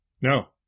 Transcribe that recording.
No